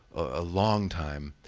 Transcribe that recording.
a long time,